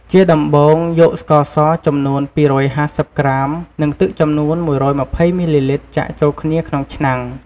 ជាដំបូងយកស្ករស ចំនួន២៥០ក្រាម និងទឹកចំនួន១២០មីលីលីត្រចាក់ចូលគ្នាក្នុងឆ្នាំង។